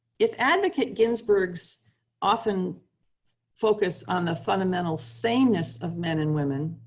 if advocate ginsburg's often focus on the fundamental sameness of men and women,